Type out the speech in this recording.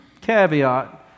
caveat